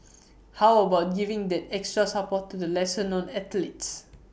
how about giving that extra support to the lesser known athletes